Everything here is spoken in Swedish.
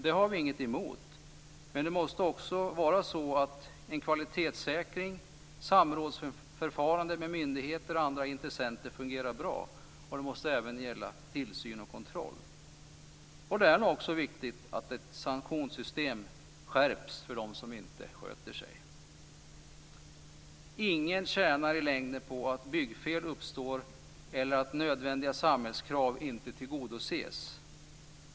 Det har vi inget emot, men då måste det också vara så att kvalitetssäkringen och samrådsförfarandet med myndigheter och andra intressenter fungerar bra. Det gäller även tillsyn och kontroll. Det är nog också viktigt att ett sanktionssystem skärps för dem som inte sköter sig. Ingen tjänar i längden på att byggfel uppstår eller att nödvändiga samhällskrav inte tillgodoses.